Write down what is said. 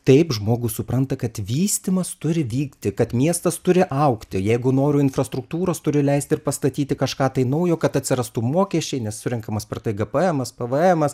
taip žmogus supranta kad vystymas turi vykti kad miestas turi augti jeigu noriu infrastruktūros turiu leisti ir pastatyti kažką tai naujo kad atsirastų mokesčiai nes surenkamas per tai gpmas pvmas